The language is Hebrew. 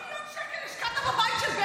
50 מיליון שקל השקעת בבית של בנט.